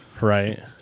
Right